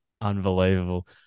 Unbelievable